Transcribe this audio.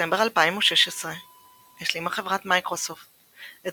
בדצמבר 2016 השלימה חברת מיקרוסופט את